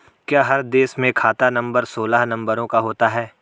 क्या हर देश में खाता नंबर सोलह नंबरों का होता है?